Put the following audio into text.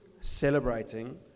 celebrating